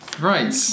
right